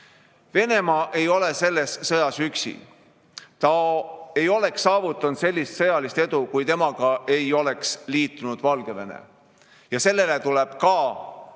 ei ole selles sõjas üksi. Ta ei oleks saavutanud sellist sõjalist edu, kui temaga ei oleks liitunud Valgevene. Sellele tuleb ka